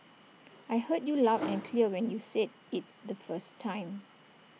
I heard you loud and clear when you said IT the first time